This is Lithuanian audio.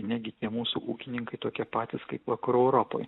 negi tie mūsų ūkininkai tokie patys kaip vakarų europoj